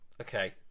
Okay